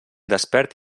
despert